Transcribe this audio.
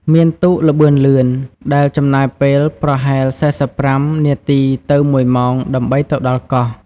មាន ទូកល្បឿនលឿន ដែលចំណាយពេលប្រហែល ៤៥ នាទីទៅ ១ ម៉ោងដើម្បីទៅដល់កោះ។